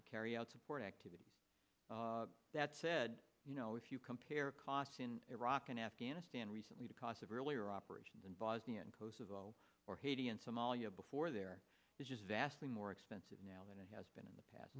to carry out support activities that said you know if you compare costs in iraq and afghanistan recently the cost of earlier operations in and kosovo or haiti and somalia before they're vastly more expensive now than it has been in the past